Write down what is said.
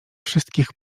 wszystkich